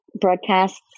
broadcasts